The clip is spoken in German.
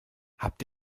habt